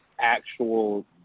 actual